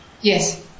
Yes